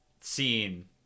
scene